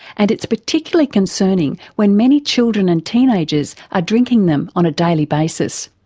and it's particularly concerning when many children and teenagers are drinking them on a daily basis.